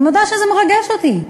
אני מודה שזה מרגש אותי.